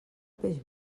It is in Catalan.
peix